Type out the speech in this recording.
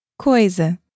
Coisa